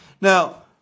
Now